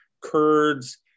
Kurds